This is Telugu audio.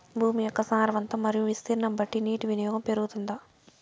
భూమి యొక్క సారవంతం మరియు విస్తీర్ణం బట్టి నీటి వినియోగం పెరుగుతుందా?